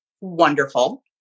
wonderful